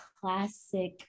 classic